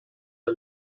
der